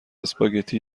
اسپاگتی